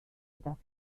dafür